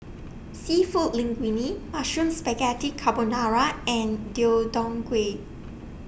Seafood Linguine Mushroom Spaghetti Carbonara and Deodeok Gui